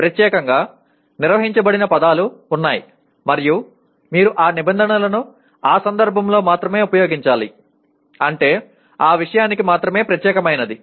ప్రత్యేకంగా నిర్వచించబడిన పదాలు ఉన్నాయి మరియు మీరు ఆ నిబంధనలను ఆ సందర్భంలో మాత్రమే ఉపయోగించాలి అంటే ఆ విషయానికి మాత్రమే ప్రత్యేకమైనది